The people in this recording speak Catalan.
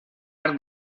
arc